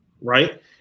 right